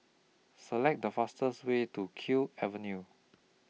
Select The fastest Way to Kew Avenue